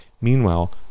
Meanwhile